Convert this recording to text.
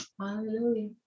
Hallelujah